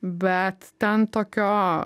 bet ten tokio